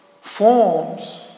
forms